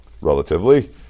relatively